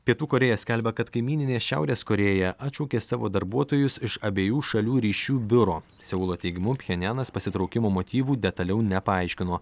pietų korėja skelbia kad kaimyninė šiaurės korėja atšaukė savo darbuotojus iš abiejų šalių ryšių biuro seulo teigimu pchenjanas pasitraukimo motyvų detaliau nepaaiškino